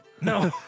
No